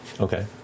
Okay